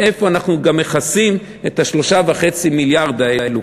מאיפה אנחנו מכסים את 3.5 המיליארד האלה.